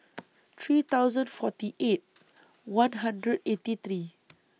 three hundred forty eight one hundred eighty three